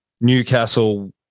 Newcastle